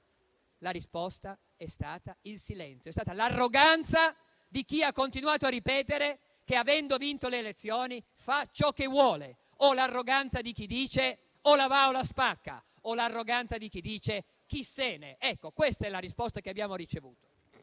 La risposta è stata il silenzio; è stata l'arroganza di chi ha continuato a ripetere che, avendo vinto le elezioni, fa ciò che vuole; l'arroganza di chi dice "o la va o la spacca"; l'arroganza di chi dice "chi se ne". Ecco, questa è la risposta che abbiamo ricevuto.